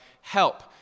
help